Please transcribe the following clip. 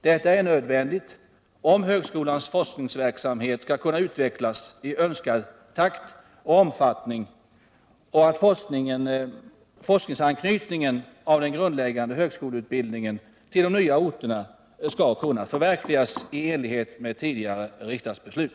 Detta är nödvändigt, om högskolans forskningsverksamhet skall kunna utvecklas i önskad takt och omfattning och om forskningsanknytningen av den grundläggande högskoleutbildningen på de nya orterna skall kunna förverkligas i enlighet med tidigare riksdagsbeslut.